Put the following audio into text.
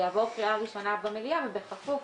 זה יעבור קריאה ראשונה במליאה ובכפוף